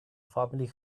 family